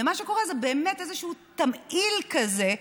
ומה שקורה זה באמת איזשהו תמהיל כזה,